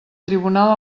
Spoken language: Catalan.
tribunal